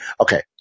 okay